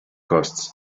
costs